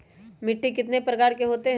मिट्टी कितने प्रकार के होते हैं?